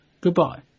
goodbye